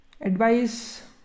advice